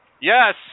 Yes